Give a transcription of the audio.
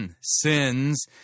sins